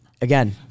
again